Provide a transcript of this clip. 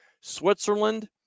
Switzerland